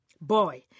Boy